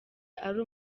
ari